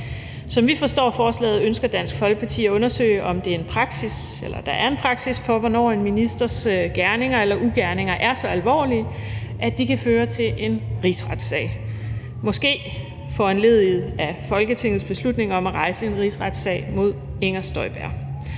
Som vi forstår forslaget, ønsker Dansk Folkeparti at undersøge, om der er en praksis for, hvornår en ministers gerninger eller ugerninger er så alvorlige, at de kan føre til en rigsretssag – måske foranlediget af Folketingets beslutning om at rejse en rigsretssag mod Inger Støjberg.